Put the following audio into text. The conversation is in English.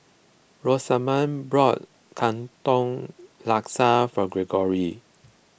Rosamond bought Katong Laksa for Greggory